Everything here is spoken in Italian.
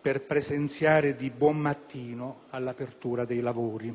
per presenziare di buon mattino all'apertura dei lavori.